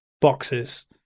boxes